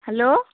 hello